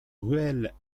ruelle